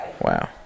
Wow